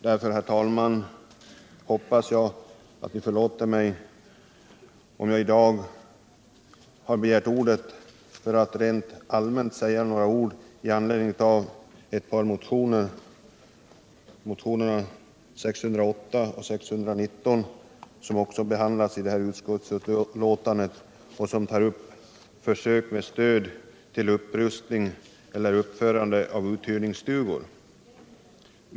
Därför, herr talman, hoppas jag att kammaren förlåter mig om jag i dag har begärt ordet för att rent allmänt säga några ord med anledning av ett par motioner, 1977/78:608 och 616, som också behandlas i utskottsbetänkandet och som tar upp frågan om försök med stöd till upprustning eller uppförande av uthyrningsstugor.